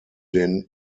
den